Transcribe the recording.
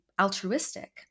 altruistic